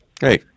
Hey